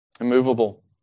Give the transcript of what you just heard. immovable